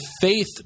faith